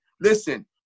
listen